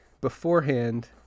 beforehand